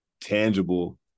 tangible